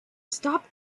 stop